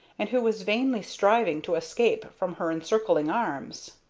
and who was vainly striving to escape from her encircling arms.